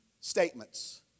statements